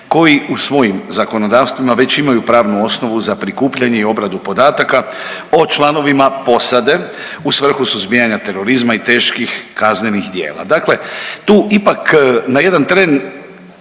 koji u svojim zakonodavstvima već imaju pravnu osnovu za prikupljanje i obradu podataka o članovima posade u svrhu suzbijanja terorizma i teških kaznenih djela.